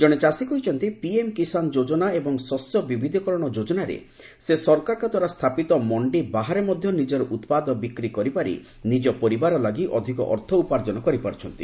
ଜଣେ ଚାଷୀ କହିଛନ୍ତି ପିଏମ୍ କିଷାନ ଯୋଜନା ଏବଂ ଶସ୍ୟ ବିବିଧିକରଣ ଯୋଜନାରେ ସେ ସରକାରଙ୍କ ଦ୍ୱାରା ସ୍ଥାପିତ ମଣ୍ଡି ବାହାରେ ମଧ୍ୟ ନିକର ଉତ୍ପାଦ ବିକ୍ରି କରିପାରି ନିଜ ପରିବାର ଲାଗି ଅଧିକ ଅର୍ଥ ଉପାର୍ଜନ କରିପାରୁଛନ୍ତି